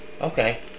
Okay